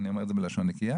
אני אומר את זה בלשון נקייה.